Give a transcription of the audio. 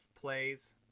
plays